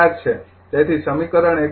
૪ છે તેથી સમીકરણ ૧